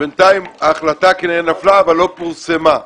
בינתיים כנראה ההחלטה נפלה אבל לא פורסמה.